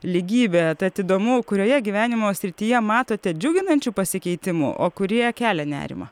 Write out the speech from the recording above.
lygybė tad įdomu kurioje gyvenimo srityje matote džiuginančių pasikeitimų o kurie kelia nerimą